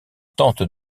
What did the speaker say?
tente